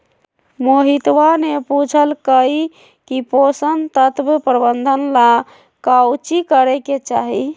मोहितवा ने पूछल कई की पोषण तत्व प्रबंधन ला काउची करे के चाहि?